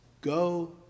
Go